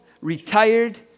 retired